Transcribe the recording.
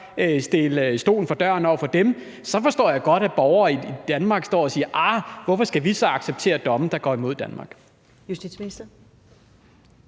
dem stolen for døren, og så forstår jeg godt, at borgere i Danmark står og siger: ahr, hvorfor skal vi så acceptere domme, der går imod Danmark? Kl.